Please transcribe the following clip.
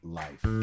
life